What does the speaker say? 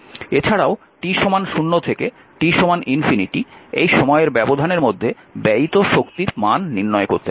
এছাড়াও t 0 থেকে t এই সময়ের ব্যবধানের মধ্যে ব্যয়িত শক্তির মান নির্ণয় করতে হবে